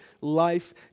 life